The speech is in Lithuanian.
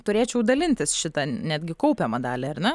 turėčiau dalintis šitą netgi kaupiamą dalį ar ne